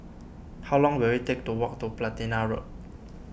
how long will it take to walk to Platina Road